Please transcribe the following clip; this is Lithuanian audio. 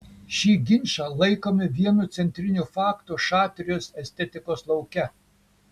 šį ginčą laikome vienu centrinių faktų šatrijos estetikos lauke